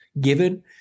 given